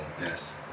Yes